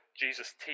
Jesus